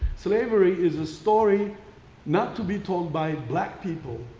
slavery is a story not to be told by black people.